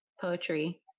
poetry